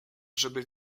żeby